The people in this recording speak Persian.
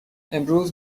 امروز